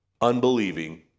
unbelieving